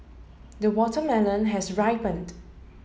the watermelon has ripened